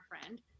friend